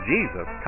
Jesus